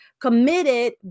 committed